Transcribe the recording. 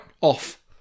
off